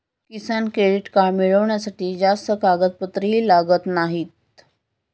किसान credit card मिळवण्यासाठी जास्त कागदपत्रेही लागत नाहीत